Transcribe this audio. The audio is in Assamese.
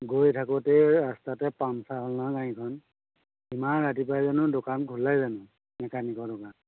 গৈ থাকোঁতে ৰাস্তাতে পাম্পচাৰ হ'ল নহয় গাড়ীখন ইমান ৰাতিপুৱাই জানো দোকান খোলে জানো মেকানিকৰ দোকান